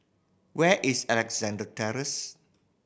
where is Alexandra Terrace